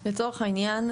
לצורך העניין,